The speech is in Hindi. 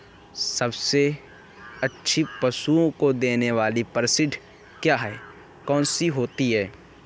सबसे अच्छा पशुओं को देने वाली परिशिष्ट क्या है? कौन सी होती है?